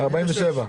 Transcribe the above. בבקשה,